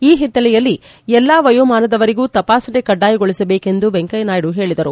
ಈ ಹಿನ್ನೆಲೆಯಲ್ಲಿ ಎಲ್ಲ ವಯೋಮಾನದವರಿಗೂ ತಪಾಸಣೆ ಕಡ್ಡಾಯಗೊಳಸಬೇಕು ಎಂದು ವೆಂಕಯ್ಖನಾಯ್ಡ ಹೇಳಿದರು